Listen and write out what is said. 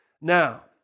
Now